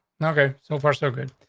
okay, so far, so good.